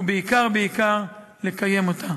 ובעיקר, בעיקר, לקיים אותה.